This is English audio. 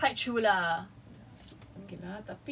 ya then we're like that's quite true lah